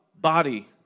body